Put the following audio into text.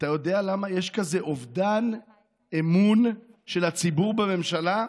אתה יודע למה יש כזה אובדן אמון של הציבור בממשלה?